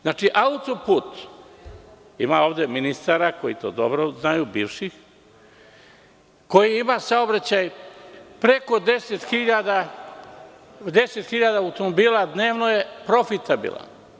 Znači, autoput, ima ovde ministara koji to dobro znaju, bivših, koji ima saobraćaj preko 10.000 automobila dnevno je profitabilan.